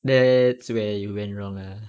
that's where you went wrong ah